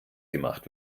gemacht